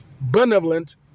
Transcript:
benevolent